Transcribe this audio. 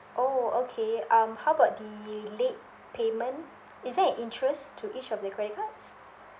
oh okay um how about the late payment is there an interest to each of the credit cards